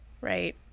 right